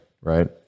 right